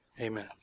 Amen